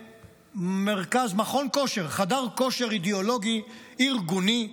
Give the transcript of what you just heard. למכון כושר, חדר כושר אידיאולוגי, ארגוני,